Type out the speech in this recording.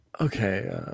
okay